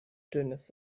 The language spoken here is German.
dünnes